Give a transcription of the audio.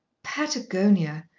patagonia!